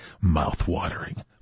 Mouth-watering